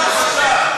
חבר הכנסת חיליק בר,